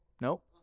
nope